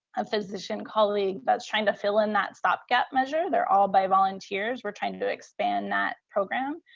a physician colleague that's trying to fill in that stop gap measure. they're all by volunteers. we're trying to expand that program.